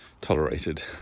tolerated